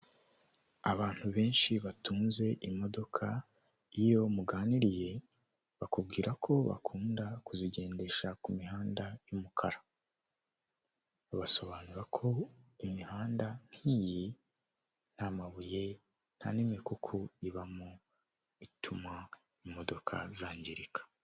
Abantu benshi batunze imodoka iyo muganiriye bakubwira ko bakunda kuzigendesha ku mihanda y'umukara. Basobanura ko imihanda nk'iyi nta mabuye nta n'imikuku ibamo ituma imodoka zangirika.